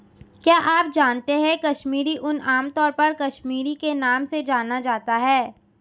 क्या आप जानते है कश्मीरी ऊन, आमतौर पर कश्मीरी के नाम से जाना जाता है?